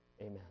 Amen